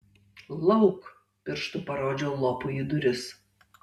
lauk pirštu parodžiau lopui į duris